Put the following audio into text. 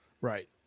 Right